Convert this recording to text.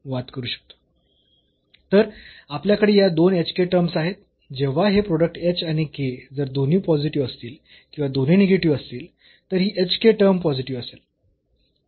तर आपल्याकडे या दोन hk टर्म्स आहेत जेव्हा हे प्रोडक्ट h आणि k जर दोन्ही पॉझिटिव्ह असतील किंवा दोन्ही निगेटिव्ह असतील तर ही hk टर्म पॉझिटिव्ह असेल